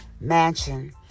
Mansion